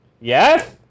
Yes